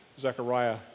Zechariah